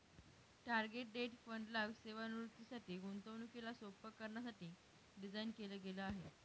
target date fund ला सेवानिवृत्तीसाठी, गुंतवणुकीला सोप्प करण्यासाठी डिझाईन केल गेल आहे